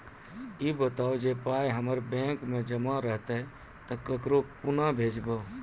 ई बताऊ जे पाय हमर बैंक मे जमा रहतै तऽ ककरो कूना भेजबै?